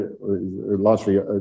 largely